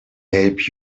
help